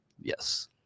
Yes